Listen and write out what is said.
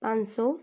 पाँच सौ